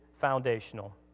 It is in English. foundational